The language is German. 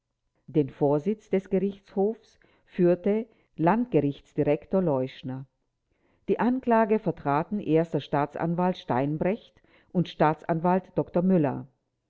den vorsitz des gerichtshofs führte landgerichtsdirektor leuschner die anklage vertraten erster staatsanwalt steinbrecht und staatsanwalt dr müller